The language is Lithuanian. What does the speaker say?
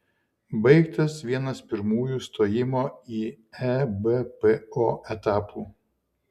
baigtas vienas pirmųjų stojimo į ebpo etapų